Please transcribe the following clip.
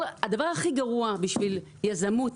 הדבר הכי גרוע בשביל יזמות,